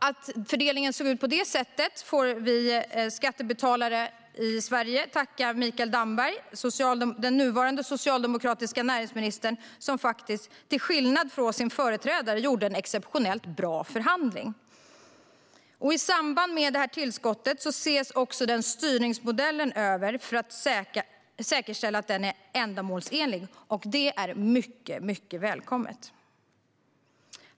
Att fördelningen såg ut på det sättet får vi svenska skattebetalare tacka den nuvarande socialdemokratiska näringsministern Mikael Damberg för, som till skillnad från sin företrädare gjorde en exceptionellt bra förhandling. I samband med tillskottet ses också styrningsmodellen över för att det ska säkerställas att den är ändamålsenlig, vilket är mycket, mycket välkommet.